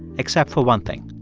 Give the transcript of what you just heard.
except for one thing.